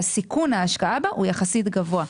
וסיכון ההשקעה בה הוא יחסית גבוה,